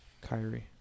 Kyrie